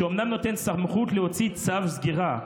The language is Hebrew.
שאומנם נותן סמכות להוציא צו סגירה,